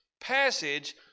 passage